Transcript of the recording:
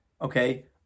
Okay